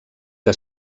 que